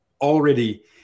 already